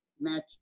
match